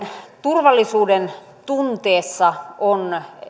turvallisuudentunteessa on